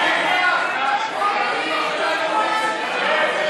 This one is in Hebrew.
להעביר לוועדה את